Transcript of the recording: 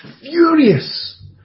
furious